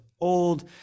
old